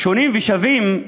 שונים ושווים,